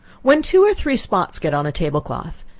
when two or three spots get on a table cloth,